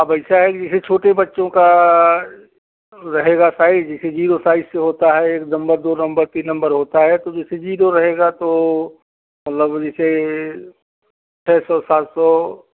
अब ऐसा है कि जैसे छोटे बच्चों का रहेगा साइज़ कि जैसे ज़ीरो साइज़ से होता है एक नंबर दो नंबर तीन नंबर होता है तो जैसे जीरो रहेगा तो मतलब इसे छः सौ सात सौ